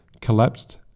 collapsed